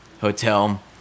hotel